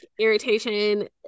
irritation